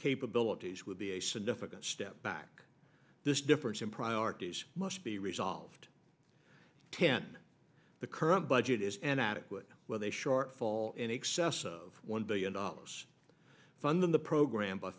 capabilities would be a significant step back this difference in priorities must be resolved ten the current budget is an adequate with a shortfall in excess of one billion dollars funding the program b